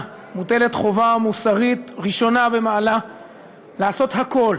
מוטלת חובה מוסרית ראשונה במעלה לעשות הכול,